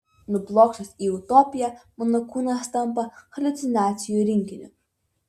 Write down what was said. nublokštas į utopiją mano kūnas tampa haliucinacijų rinkiniu